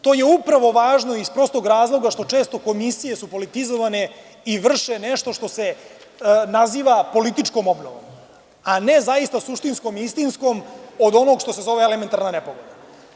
To je upravo važno iz prostog razloga što su često komisije politizovane i vrše nešto što se naziva političkom obnovom, a ne zaista suštinskom i istinskom od onog što se zove elementarna nepogoda.